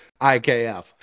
IKF